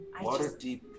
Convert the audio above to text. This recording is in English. Waterdeep